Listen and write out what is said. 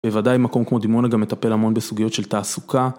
בוודאי מקום כמו דימונה גם מטפל המון בסוגיות של תעסוקה.